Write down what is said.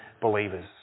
believers